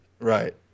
Right